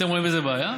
אתם רואים בזה בעיה?